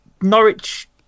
Norwich